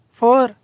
four